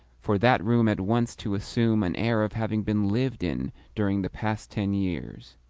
for that room at once to assume an air of having been lived in during the past ten years.